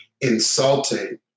insulting